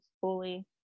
fully